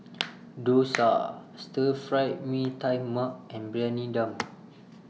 Dosa Stir Fry Mee Tai Mak and Briyani Dum